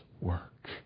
work